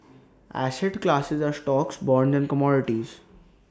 asset classes are stocks bonds and commodities